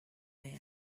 man